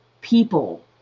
people